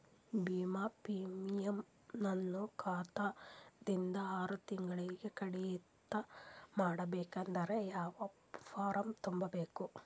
ವಿಮಾ ಪ್ರೀಮಿಯಂ ನನ್ನ ಖಾತಾ ದಿಂದ ಆರು ತಿಂಗಳಗೆ ಕಡಿತ ಮಾಡಬೇಕಾದರೆ ಯಾವ ಫಾರಂ ತುಂಬಬೇಕು?